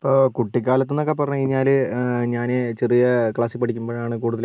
ഇപ്പോൾ കുട്ടിക്കാലത്ത് എന്നൊക്കെ പറഞ്ഞുകഴിഞ്ഞാൽ ഞാൻ ചെറിയ ക്ലാസ്സിൽ പഠിക്കുമ്പോഴാണ് കൂടുതൽ